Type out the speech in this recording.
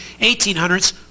1800s